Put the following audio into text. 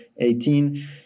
18